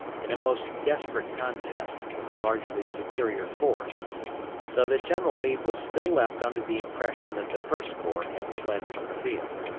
in a most desperate contest with a largely superior force so that general meade was still left under the impression that the first corps had fled from the field.